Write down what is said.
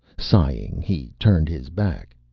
sighing, he turned his back.